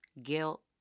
Guilt